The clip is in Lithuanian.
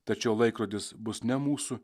tačiau laikrodis bus ne mūsų